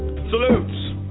Salutes